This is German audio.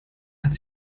hat